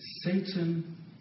Satan